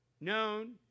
known